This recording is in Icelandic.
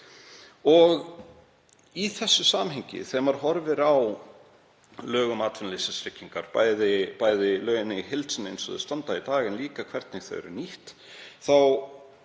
Í þessu samhengi, þegar maður horfir á lög um atvinnuleysistryggingar, bæði lögin í heild sinni eins og þau standa í dag en líka hvernig þau eru nýtt,